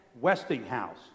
Westinghouse